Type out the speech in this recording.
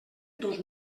dos